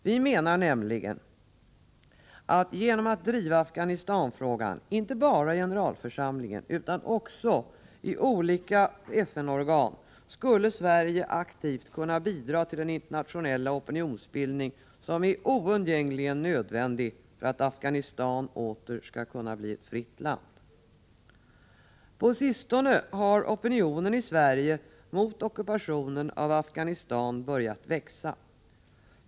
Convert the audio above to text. Vi menar nämligen att genom att driva Afghanistanfrågan inte bara i generalförsamlingen utan också i olika FN-organ skulle Sverige aktivt kunna bidra till den internationella opinionsbildning som är oundgängligen nödvändig för att Afghanistan åter skall kunna bli ett fritt land. På sistone har opinionen i Sverige mot ockupationen av Afghanistan börjat växa.